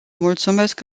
mulțumesc